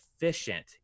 efficient